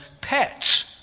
pets